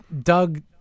Doug